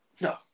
No